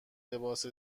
لباس